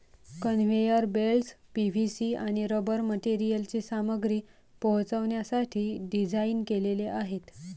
conveyor belts PVC आणि rubber मटेरियलची सामग्री पोहोचवण्यासाठी डिझाइन केलेले आहेत